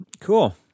Cool